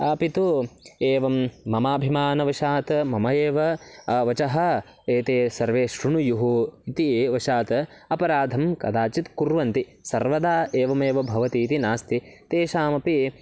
अपि तु एवं ममाभिमानवशात् मम एव वचः एते सर्वे श्रुणुयुः इति वशात् अपराधं कदाचित् कुर्वन्ति सर्वदा एवमेव भवति इति नास्ति तेषामपि